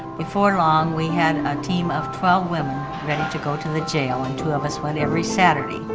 before long we had a team of twelve women ready to go to the jail, and two of us went every saturday.